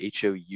HOU